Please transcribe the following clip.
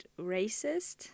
racist